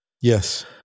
Yes